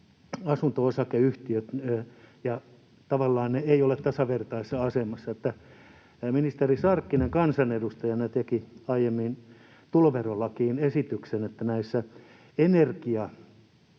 jotka tavallaan eivät ole tasavertaisessa asemassa, ja ministeri Sarkkinen kansanedustajana teki aiemmin tuloverolakiin esityksen, että